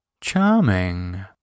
Charming